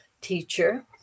teacher